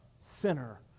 sinner